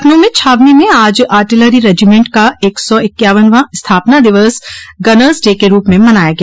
लखनऊ में छावनी में आज आर्टिलरी रेजिमेंट का एक सौ इक्यावनवां स्थापना दिवस गनर्स डे के रूप में मनाया गया